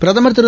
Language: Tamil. பிரதமர் திரு